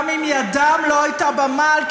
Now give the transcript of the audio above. גם אם ידם לא הייתה במעל,